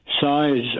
Size